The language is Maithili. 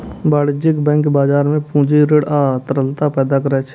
वाणिज्यिक बैंक बाजार मे पूंजी, ऋण आ तरलता पैदा करै छै